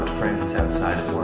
friends outside